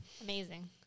Amazing